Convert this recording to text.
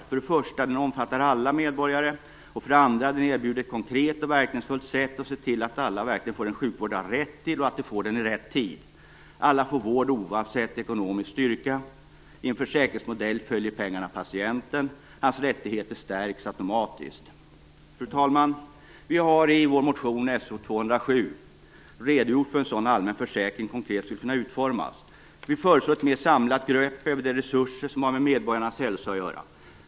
För det första omfattar den alla medborgare, och för det andra erbjuder den ett konkret och verkningsfullt sätt att se till att alla verkligen får den sjukvård de har rätt till och att de får den i rätt tid. Alla får vård oavsett ekonomisk styrka. I en försäkringsmodell följer pengarna patienten. Hans rättigheter stärks automatiskt. Fru talman! Vi har i vår motion So207 redogjort för hur en sådan allmän försäkring konkret skulle kunna utformas. Vi föreslår ett mer samlat grepp om de resurser som har med medborgarnas hälsa att göra.